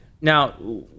Now